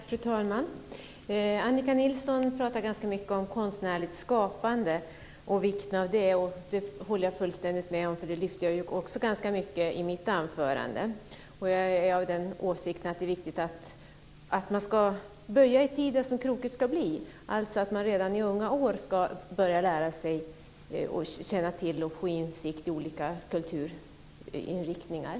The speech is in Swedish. Fru talman! Annika Nilsson talade ganska mycket om vikten av konstnärligt skapande, och det håller jag fullständigt med om. Jag lyfte också fram det ganska mycket i mitt anförande. Jag är av den åsikten att det ska böjas i tid det som krokigt ska bli, dvs. att man redan i unga år ska få insikt i olika kulturriktningar.